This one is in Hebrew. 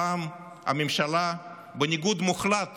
הפעם הממשלה, בניגוד מוחלט